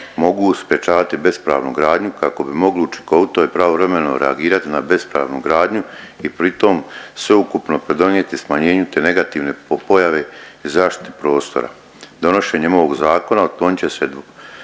mogu sprječavati bespravnu gradnju kako bi mogli učinkovito i pravovremeno reagirati na bespravnu gradnju i pritom sveukupno pridonijeti smanjenju te negativne pojave i zaštite prostora. Donošenjem ovog zakona otklonit će se dvojbe